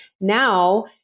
now